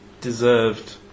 deserved